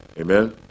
Amen